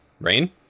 Rain